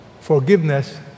Forgiveness